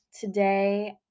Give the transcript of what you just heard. Today